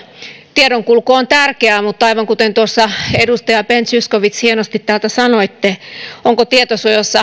tiedonkulku on tärkeää mutta aivan kuten edustaja ben zyskowicz hienosti täällä kysyitte onko tietosuojassa